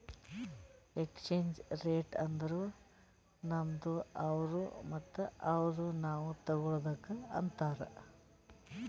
exchange rate ಅಂದುರ್ ನಮ್ದು ಅವ್ರು ಮತ್ತ ಅವ್ರುದು ನಾವ್ ತಗೊಳದುಕ್ ಅಂತಾರ್